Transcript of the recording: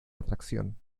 atracción